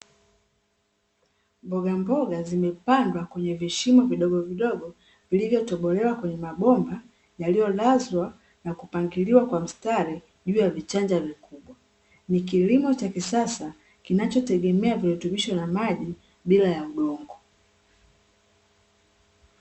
Mbogamboga zimepandwa kwenye vishimo vidogo vidogo vilivyotobolewa kwenye mabomba yaliyolazwa, na kupangiliwa kwa mstari juu ya vichanja vikubwa. Ni kilimo cha kisasa kinachotegemea virutubisho na maji, bila ya udongo.